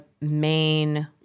main